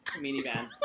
minivan